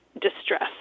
distress